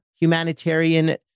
humanitarian